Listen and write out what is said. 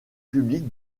publics